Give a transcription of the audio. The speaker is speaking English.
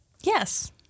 Yes